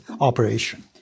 operation